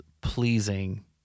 pleasing